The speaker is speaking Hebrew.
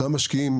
אותם המשקיעים